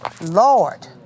Lord